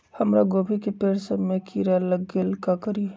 हमरा गोभी के पेड़ सब में किरा लग गेल का करी?